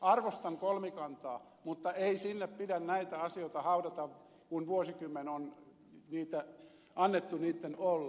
arvostan kolmikantaa mutta ei sinne pidä näitä asioita haudata kun vuosikymmen on annettu niitten olla